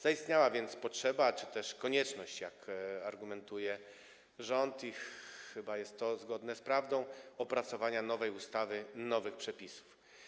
Zaistniała więc potrzeba czy też konieczność, jak argumentuje rząd - i chyba jest to zgodne z prawdą - opracowania nowej ustawy, nowych przepisów.